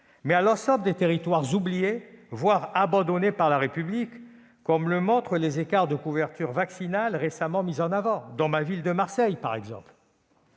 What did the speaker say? mais à l'ensemble des territoires oubliés, voire abandonnés par la République, comme le montrent les écarts de couverture vaccinale récemment mis en avant, par exemple dans ma ville de Marseille. Comment